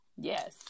Yes